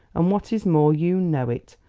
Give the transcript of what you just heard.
and what is more, you know it.